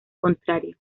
contrario